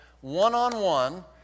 one-on-one